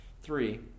Three